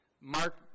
Mark